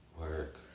Work